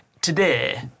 today